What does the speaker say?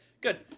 good